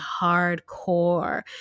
hardcore